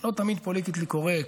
לא תמיד פוליטיקלי קורקט,